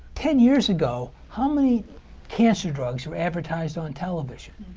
ten years ago, how many cancer drugs were advertised on television?